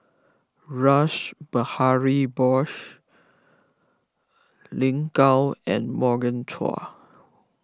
Rash Behari Bose Lin Gao and Morgan Chua